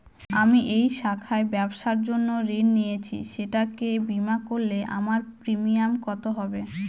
আমি এই শাখায় ব্যবসার জন্য ঋণ নিয়েছি সেটাকে বিমা করলে আমার প্রিমিয়াম কত হবে?